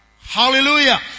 Hallelujah